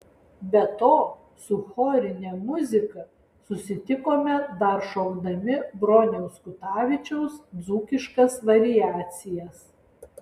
be to su chorine muzika susitikome dar šokdami broniaus kutavičiaus dzūkiškas variacijas